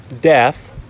death